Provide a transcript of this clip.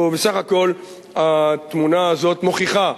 ובסך הכול, התמונה הזאת מוכיחה: